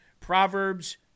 Proverbs